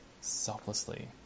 selflessly